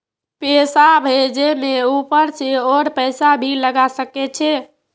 पैसा भेजे में ऊपर से और पैसा भी लगे छै?